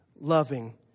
loving